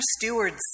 stewards